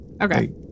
Okay